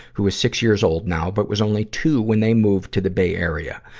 who is six years old now, but was only two when they moved to the bay area.